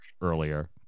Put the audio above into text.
earlier